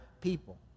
people